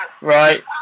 Right